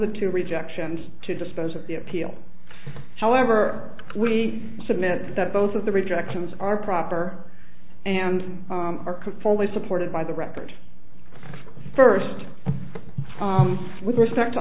the two rejections to dispose of the appeal however we submit that both of the rejections are proper and fully supported by the record first with respect to